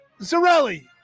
Zarelli